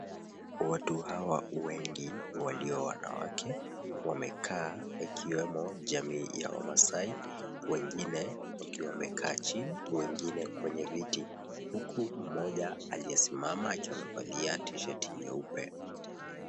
Watu hawa wengi walio wanawake wamekaa wakiwemo jamii ya WaMasai. Wengine wakiwa wamekaa chini, wengine kwenye viti, huku mmoja aliye simama akiwa amevalia t-shirt nyeupe.